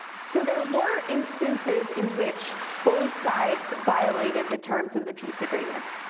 so there were instances in which both sides violated the terms of the peace agreement.